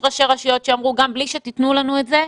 שיש ראשי רשויות שאמרו שגם בלי שניתן להם את זה,